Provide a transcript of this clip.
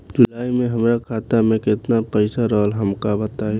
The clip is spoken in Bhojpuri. जुलाई में हमरा खाता में केतना पईसा रहल हमका बताई?